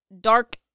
dark